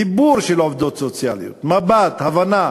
דיבור של עובדות סוציאליות, מבט, הבנה,